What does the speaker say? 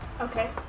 Okay